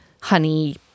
honey